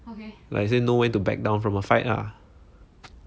like say know when to back down from a fight ah